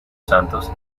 santos